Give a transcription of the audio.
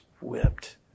whipped